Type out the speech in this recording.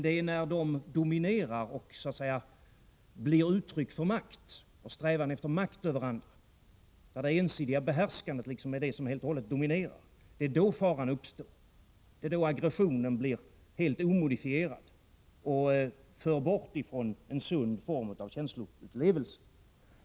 Det är när de dominerar och blir uttryck för makt och strävan efter makt över andra, när det ensidiga behärskandet är det som helt och hållet dominerar, det är då faran uppstår, det är då aggressionen blir helt omodifierad och för bort ifrån en sund form av känsloupplevelse.